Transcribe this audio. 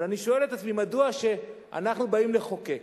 אבל אני שואל את עצמי, מדוע כשאנחנו באים לחוקק